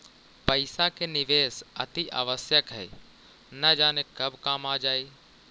पइसा के निवेश अतिआवश्यक हइ, न जाने कब काम आ जाइ